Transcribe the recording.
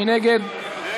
מי נגד?